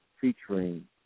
featuring